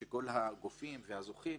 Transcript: כל הגופים והזוכים,